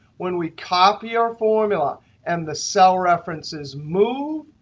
when we copy our formula and the cell references move,